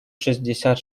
шестьдесят